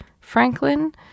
Franklin